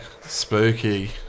spooky